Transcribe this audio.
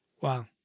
Wow